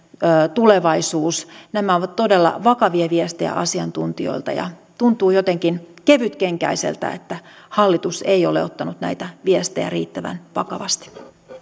tulevaisuus nämä ovat todella vakavia viestejä asiantuntijoilta ja tuntuu jotenkin kevytkenkäiseltä että hallitus ei ole ottanut näitä viestejä riittävän vakavasti